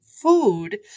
food